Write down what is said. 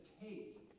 take